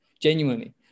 genuinely